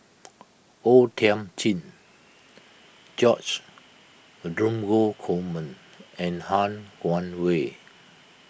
O Thiam Chin George a Dromgold Coleman and Han Guangwei